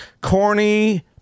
corny